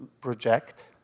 project